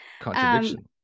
Contradiction